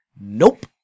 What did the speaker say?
nope